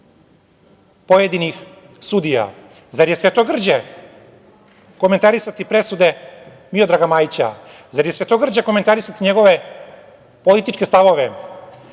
pojedinih sudija. Zar je svetogrđe komentarisati presude Miodraga Majića? Zar je svetogrđe komentarisati njegove političke stavove?